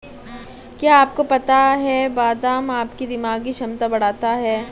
क्या आपको पता है बादाम आपकी दिमागी क्षमता बढ़ाता है?